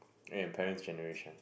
and your parents' generation